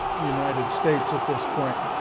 united states at this point.